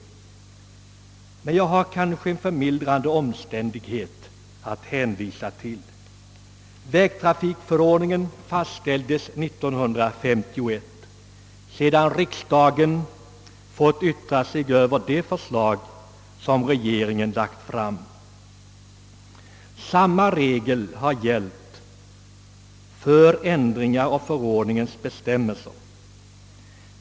Men jag har kanske en förmildrande omständighet att hänvisa till. Vägtrafikförordningen fastställdes 1951, sedan riksdagen yttrat sig över det förslag regeringen lagt fram, och samma regler har gällt vid ändringar av förordningens bestämmelser.